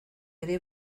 ere